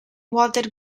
walter